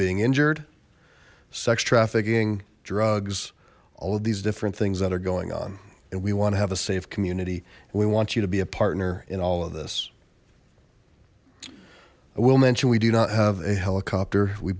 being injured trafficking drugs all of these different things that are going on and we want to have a safe community and we want you to be a partner in all of this i will mention we do not have a helicopter we